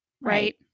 Right